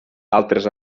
altres